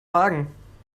wagen